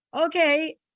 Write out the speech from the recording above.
Okay